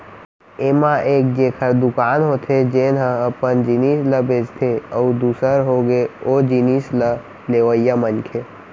ऐमा एक जेखर दुकान होथे जेनहा अपन जिनिस ल बेंचथे अउ दूसर होगे ओ जिनिस ल लेवइया मनखे